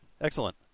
excellent